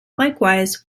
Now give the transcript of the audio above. likewise